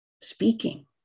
speaking